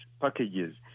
packages